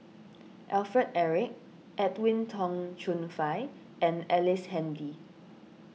Alfred Eric Edwin Tong Chun Fai and Ellice Handy